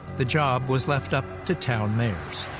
the job was left up to town mayors.